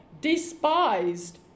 despised